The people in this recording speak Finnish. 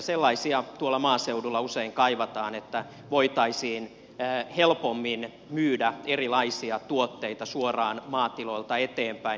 sellaisia tuolla maaseudulla usein kaivataan että voitaisiin helpommin myydä erilaisia tuotteita suoraan maatiloilta eteenpäin